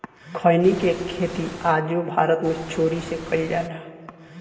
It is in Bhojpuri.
खईनी के खेती आजो भारत मे चोरी से कईल जाला